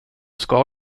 ska